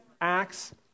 Acts